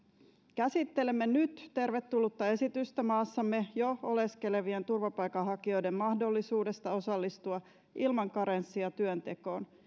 käsittelemme nyt tervetullutta esitystä maassamme jo oleskelevien turvapaikanhakijoiden mahdollisuudesta osallistua ilman karenssia työntekoon